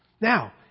Now